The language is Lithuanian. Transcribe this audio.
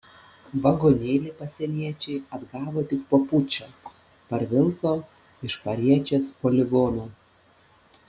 vagonėlį pasieniečiai atgavo tik po pučo parvilko iš pariečės poligono